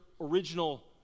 original